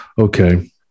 Okay